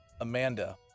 Amanda